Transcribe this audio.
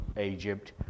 Egypt